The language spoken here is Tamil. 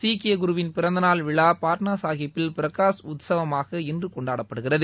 சீக்கிய குருவின் பிறந்தநாள் விழா பட்னாசாஹிபில் பிரகாஷ் உத்சவமாக இன்று கொண்டாடப்படுகிறது